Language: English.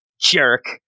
jerk